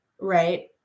right